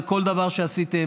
בכל דבר שעשיתם.